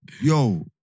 Yo